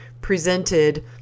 presented